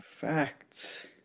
Facts